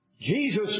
Jesus